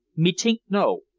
me tink no,